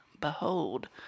Behold